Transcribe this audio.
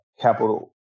capital